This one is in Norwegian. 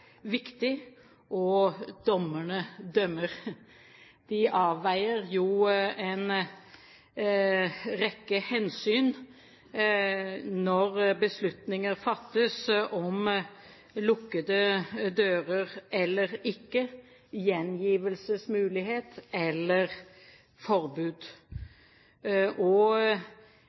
og dommerne dømmer. De avveier jo en rekke hensyn når beslutninger fattes om lukkede dører eller ikke, gjengivelsesmulighet eller forbud.